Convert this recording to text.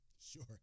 Sure